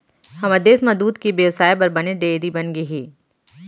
हमर देस म दूद के बेवसाय बर बनेच डेयरी बनगे हे